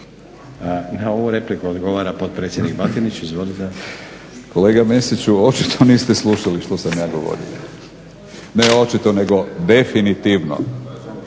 Na ovu repliku odgovara potpredsjednik Batinić. Izvolite. **Batinić, Milorad (HNS)** Kolega Mesić očito niste slušali što sam ja govorio. Ne očito nego definitivno.